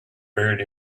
buried